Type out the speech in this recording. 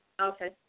Okay